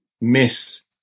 miss